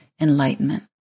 enlightenment